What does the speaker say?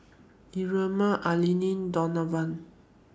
Ermina Elana Donavon